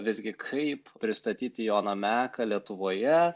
visgi kaip pristatyti joną meką lietuvoje